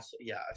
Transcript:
Yes